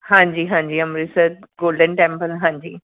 ਹਾਂਜੀ ਹਾਂਜੀ Amritsar golden temple ਹਾਂਜੀ